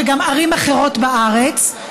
וגם בערים אחרות בארץ,